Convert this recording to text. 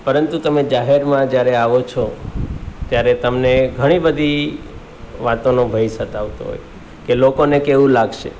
પરંતુ તમે જાહેરમાં જ્યારે આવો છો ત્યારે તમને ઘણી બધી વાતોનો ભય સતાવતો હોય કે લોકોને કેવું લાગશે